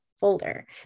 folder